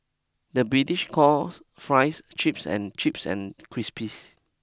the British calls fries chips and chips and crisps